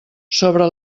sobre